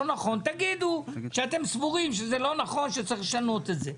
תגידו שאתם סבורים שזה לא נכון ושצריך לשנות את זה.